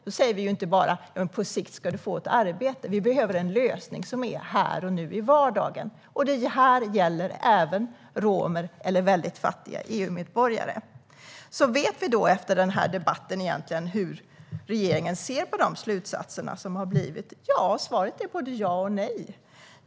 Vi säger inte bara: "På sikt ska du få ett arbete." Vi behöver en lösning här och nu i vardagen. Detta gäller även romer och väldigt fattiga EU-medborgare. Vet vi då efter denna debatt egentligen hur regeringen ser på de slutsatser som dragits? Svaret är både ja och nej.